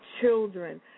children